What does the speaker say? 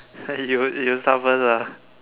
you you start first ah